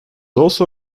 also